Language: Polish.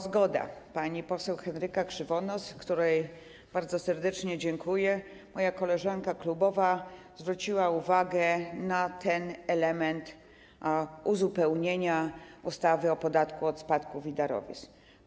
Zgoda, pani poseł Henryka Krzywonos, której bardzo serdecznie dziękuję, moja koleżanka klubowa, zwróciła uwagę na ten element uzupełnienia ustawy o podatku od spadków i darowizn.